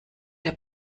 der